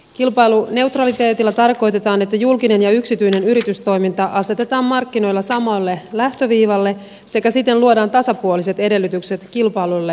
kilpailuneutraliteetilla tarkoitetaan että julkinen ja yksityinen yritystoiminta asetetaan markkinoilla samalle lähtöviivalle sekä siten luodaan tasapuoliset edellytykset kilpailulle markkinoilla